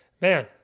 Man